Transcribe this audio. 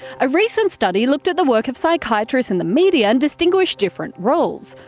a recent study looked at the work of psychiatrists in the media and distinguished different roles.